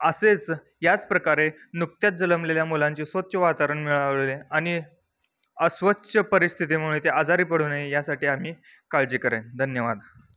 असेच याच प्रकारे नुकत्यात जन्मलेल्या मुलांचे स्वच्छ वातावरण मिळाले आणि अस्वच्छ परिस्थितीमुळे ते आजारी पडू नये यासाठी आम्ही काळजी करेन धन्यवाद